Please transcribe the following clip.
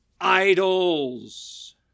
idols